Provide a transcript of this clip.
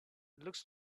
looks